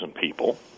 people